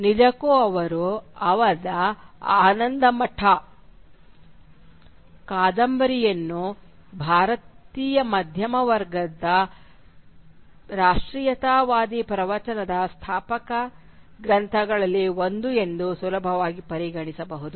ನಿಜಕ್ಕೂ ಅವರ "ಆನಂದಮಠ" ಕಾದಂಬರಿಯನ್ನು ಭಾರತೀಯ ಮಧ್ಯಮ ವರ್ಗದ ರಾಷ್ಟ್ರೀಯವಾದಿ ಪ್ರವಚನದ ಸ್ಥಾಪಕ ಗ್ರಂಥಗಳಲ್ಲಿ ಒಂದು ಎಂದು ಸುಲಭವಾಗಿ ಪರಿಗಣಿಸಬಹುದು